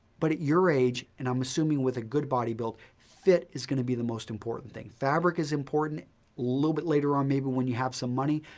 but at your age, and i'm assuming with a good body build, fit is going to be the most important thing. fabric is important little bit later on maybe when you have some money.